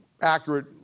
accurate